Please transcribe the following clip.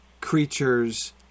creatures